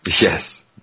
Yes